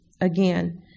Again